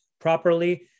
properly